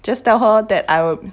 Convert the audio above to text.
just tell her that I will